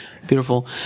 Beautiful